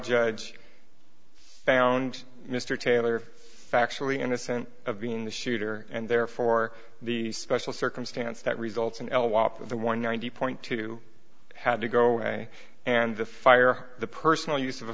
judge found mr taylor factually innocent of being the shooter and therefore the special circumstance that results in l wop the one ninety point two had to go away and the fire the personal use of a